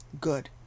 Good